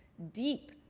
deep,